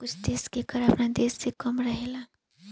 कुछ देश के कर आपना देश से कम रहेला